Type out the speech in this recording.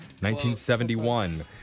1971